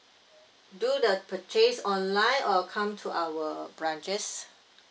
do the purchase online or come to our branches